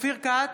אופיר כץ,